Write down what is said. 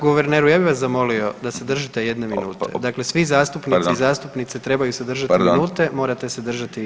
Guverneru ja bi vas zamolio da se držite jedne minute, dakle svi zastupnici [[Upadica: Pardon.]] i zastupnice trebaju se držati minute [[Upadica: Pardon.]] , morate se držati i vi.